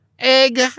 Egg